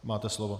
Máte slovo.